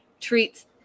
treats